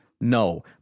No